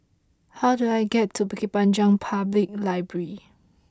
how do I get to Bukit Panjang Public Library